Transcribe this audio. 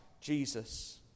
Jesus